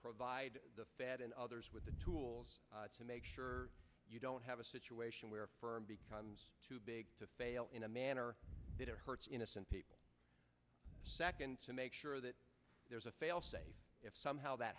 provide the fed and others with the tools to make sure you don't have a situation where for becomes too big to fail in a manner that it hurts innocent people second to make sure that there's a failsafe if somehow that